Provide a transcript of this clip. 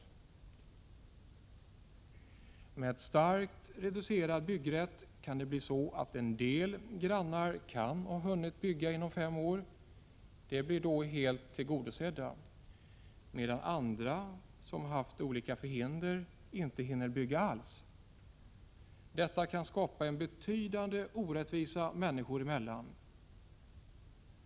En sådan starkt reducerad byggrätt kan medföra att en del fastighetsägare, som har hunnit bygga inom fem år, blir helt tillgodosedda, medan deras grannar, som haft olika förhinder och inte hunnit bygga, förlorar sin byggrätt. Detta kan skapa en betydande orättvisa människor emellan.